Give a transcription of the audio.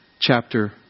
chapter